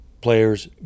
players